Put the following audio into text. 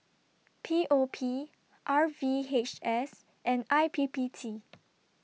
P O P R V H S and I P P T